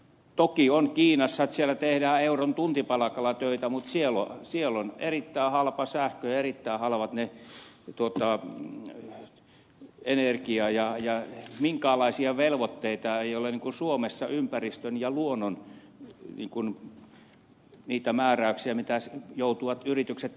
toki on kiinassa niin että siellä tehdään euron tuntipalkalla töitä mutta siellä on erittäin halpa sähkö ja erittäin halpa energia ja minkäänlaisia velvoitteita ei ole niin kuin suomessa ympäristön ja luonnon suhteen määräyksiä joiden perusteella joutuvat yritykset täällä maksamaan